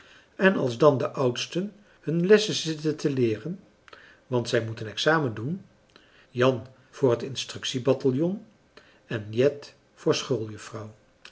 en als dan de oudsten hun lessen zitten te leeren want zij moeten examen doen jan voor het instructie bataljon en jet voor